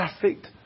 Perfect